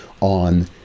on